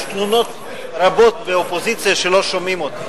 יש תלונות רבות באופוזיציה שלא שומעים אותי.